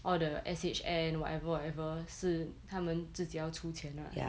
all the S_H_N whatever whatever 是他们自己要充钱 lah